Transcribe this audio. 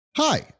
Hi